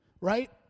Right